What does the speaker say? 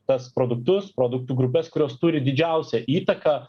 tas produktus produktų grupes kurios turi didžiausią įtaką